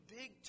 big